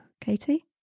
Katie